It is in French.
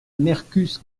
mercus